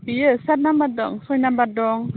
बियो सात नाम्बार दं सय नाम्बार दं